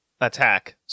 attack